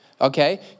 okay